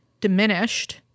diminished